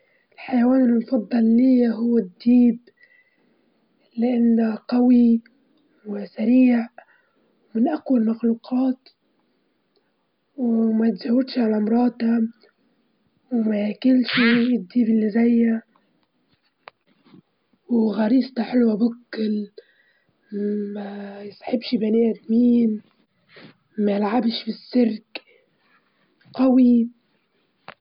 أكثر شهر محبب لي هو ديسمبر، أكيد يعني الجو البارد يريحني وليالي ديسمبر الباردة وفيها مناسبات وأعياد وبحب الجو الشتوي والأجواء والأمطار والاحتفال، الاحتفالات اللي فيه حلوة بكل، بحب الغيوم شكل الغيوم اللي فيه.